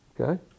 Okay